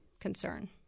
concern